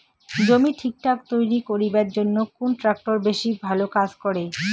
জমি ঠিকঠাক তৈরি করিবার জইন্যে কুন ট্রাক্টর বেশি ভালো কাজ করে?